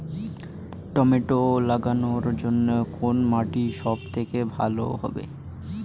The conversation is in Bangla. টমেটো লাগানোর জন্যে কোন মাটি সব থেকে ভালো হবে?